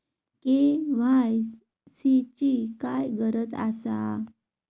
KYC ची काय गरज आसा?